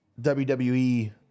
WWE